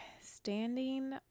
standing